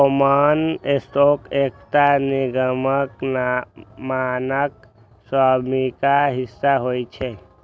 common stock एकटा निगमक मानक स्वामित्व हिस्सा होइ छै